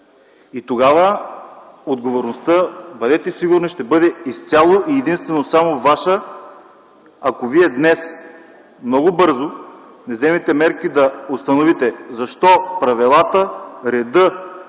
Тогава отговорността, бъдете сигурни, ще бъде изцяло и единствено само Ваша, ако Вие днес много бързо не вземете мерки да установите защо правилата, редът